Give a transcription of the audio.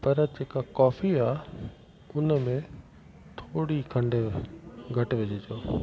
पर जेका कॉफी आ उन में थोरी खंडु घटि विझिजो